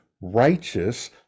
righteous